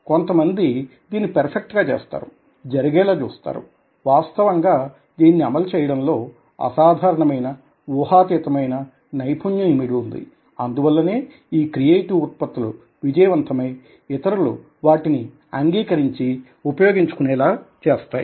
కొంతమంది దీనిని పెర్ఫెక్ట్ గా చేస్తారు జరిగేలా చూస్తారు వాస్తవంగా దీనిని అమలు చేయడంలో అసాధారణమైన ఊహాతీతం అయిన నైపుణ్యం ఇమిడి ఉంది అందువల్లనే ఈ క్రియేటివ్ ఉత్పత్తులు విజయవంతమై ఇతరులు వాటిని అంగీకరించి ఉపయోగించుకునేలా చేస్తాయి